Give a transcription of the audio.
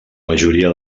majoria